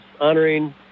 honoring